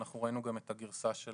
אנחנו ראינו גם את הגרסה של